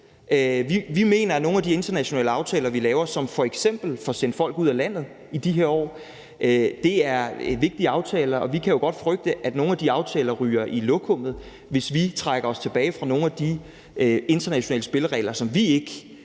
Vi mener, at nogle af de internationale aftaler, vi laver, som f.eks. får sendt folk ud af landet i de her år, er vigtige aftaler, og vi kan jo godt frygte, at nogle af de aftaler ryger i lokummet, hvis vi trækker os tilbage fra nogle af de internationale spilleregler, som vi ikke